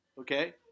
okay